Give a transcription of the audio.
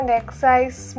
exercise